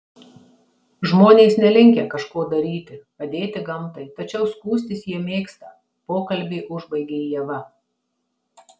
žmonės nelinkę kažko daryti padėti gamtai tačiau skųstis jie mėgsta pokalbį užbaigė ieva